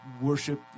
worship